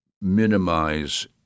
minimize